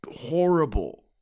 horrible